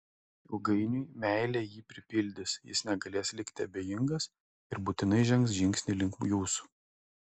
ilgainiui meilė jį pripildys jis negalės likti abejingas ir būtinai žengs žingsnį link jūsų